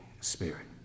Spirit